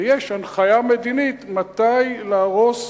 ויש הנחיה מדינית מתי להרוס